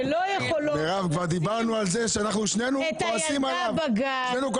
שלא יכולות לשים את הילדה בגן.